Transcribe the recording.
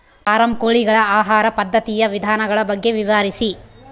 Form ಕೋಳಿಗಳ ಆಹಾರ ಪದ್ಧತಿಯ ವಿಧಾನಗಳ ಬಗ್ಗೆ ವಿವರಿಸಿ?